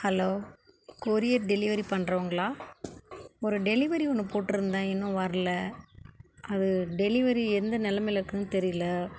hello courier delivery பண்ணுறவங்களா ஒரு delivery ஒன்று போட்டுருந்தேன் இன்னும் வரலை அது டெலிவரி எந்த நெலமையில் இருக்குதுன்னு தெரியலை